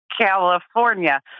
California